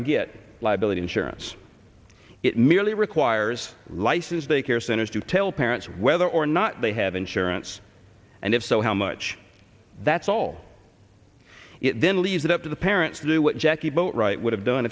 and get liability insurance it merely requires licensed day care centers to tell parents whether or not they have insurance and if so how much that's all then leaves it up to the parents to do what jackie boatwright would have done